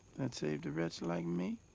that saved a wretch like me?